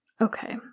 Okay